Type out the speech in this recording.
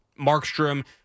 Markstrom